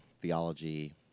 theology